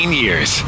years